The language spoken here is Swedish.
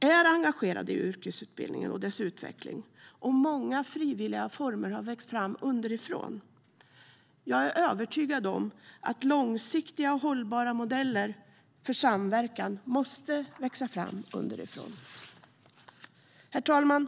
är engagerade i yrkesutbildningen och dess utveckling, och många frivilliga former har växt fram underifrån. Jag är övertygad om att långsiktiga och hållbara modeller för samverkan måste växa fram underifrån. Herr talman!